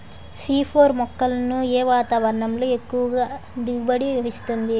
C four మొక్కలను ఏ వాతావరణంలో ఎక్కువ దిగుబడి ఇస్తుంది?